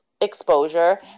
exposure